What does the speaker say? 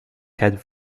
had